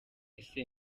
ati